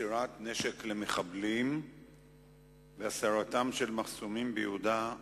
מסירת נשק למחבלים והסרת מחסומים ביהודה ושומרון,